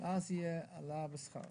ואז תהיה העלאה בשכר.